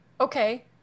okay